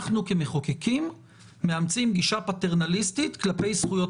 אנחנו כמחוקקים מאמצים גישה פטרנליסטית כלפי זכויות